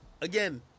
Again